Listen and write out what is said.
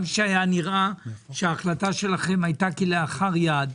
גם שנראה שההחלטה שלכם הייתה כלאחר יד.